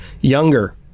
Younger